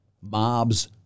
Mobs